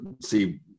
see